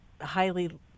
highly